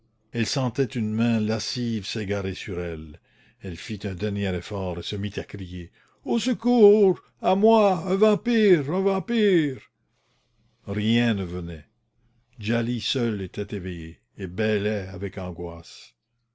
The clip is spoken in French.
elle sentait une main lascive s'égarer sur elle elle fit un dernier effort et se mit à crier au secours à moi un vampire un vampire rien ne venait djali seule était éveillée et bêlait avec angoisse